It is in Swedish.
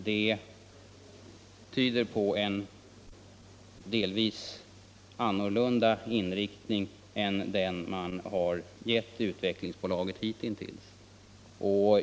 Det tyder på en delvis annorlunda inriktning än den som Utvecklingsbolaget har getts hitintills.